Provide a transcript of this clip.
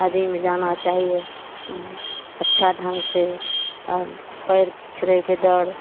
नदीमे जाना चाहिए अच्छा ढङ्गसे पाएर पिछड़ैके डर